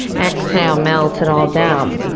exhale. melt it all down.